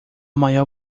maior